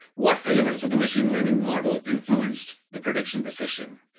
what elements of the machine learning model influenced the prediction decision.